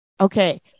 Okay